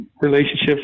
relationships